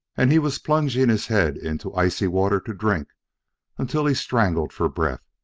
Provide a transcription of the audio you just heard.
and he was plunging his head into icy water to drink until he strangled for breath!